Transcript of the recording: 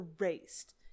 erased